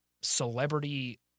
celebrity